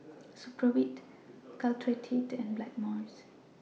Supravit Caltrate and Blackmores